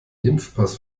impfpass